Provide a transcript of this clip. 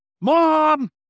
Mom